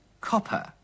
Copper